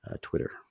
Twitter